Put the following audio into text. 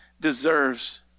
deserves